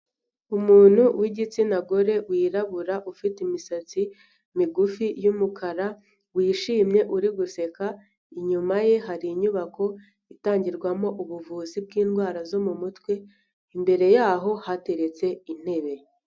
Umuntu w'igitsina gore wirabura ufite imisatsi migufi y'umukara wishimye uri guseka, inyuma ye hari inyubako itangirwamo ubuvuzi bwindwara zo mu mutwe, imbere yaho hateretse intebe.